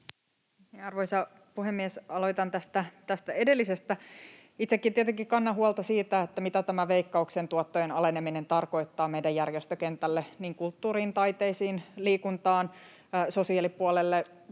Arvoisa puhemies! Aloitan tästä edellisestä. Itsekin tietenkin kannan huolta siitä, mitä tämä Veikkauksen tuottojen aleneminen tarkoittaa meidän järjestökentälle niin kulttuuriin, taiteisiin, liikuntaan, sosiaalipuolelle